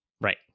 Right